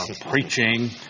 preaching